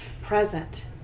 present